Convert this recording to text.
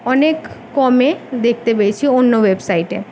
অনেক কমে দেখতে পেয়েছি অন্য ওয়েবসাইটে